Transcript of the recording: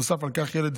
נוסף על כך, ילד